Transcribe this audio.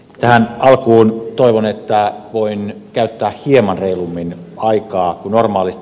tähän alkuun toivon että voin käyttää hieman reilummin aikaa kuin normaalisti